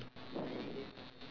ya it's the free talk though